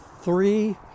three